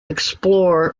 explore